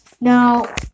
Now